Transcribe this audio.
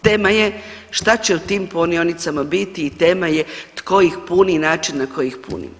Tema je šta će u tim punionicama biti i tema je tko ih puni i način na koji ih puni.